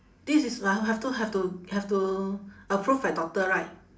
this is I will have to have to have to approve by doctor right